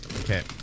Okay